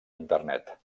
internet